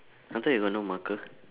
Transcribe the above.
I thought you got no marker